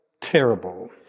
terrible